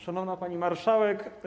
Szanowna Pani Marszałek!